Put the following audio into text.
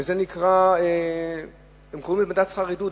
הם קוראים לזה: מדד שכר עידוד.